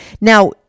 now